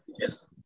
Yes